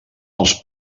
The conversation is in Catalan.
els